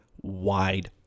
wide